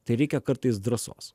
tai reikia kartais drąsos